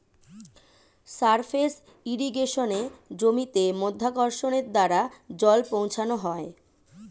surface ইর্রিগেশনে জমিতে মাধ্যাকর্ষণের দ্বারা জল পৌঁছানো হয়